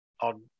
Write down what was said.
on